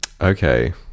okay